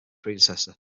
predecessor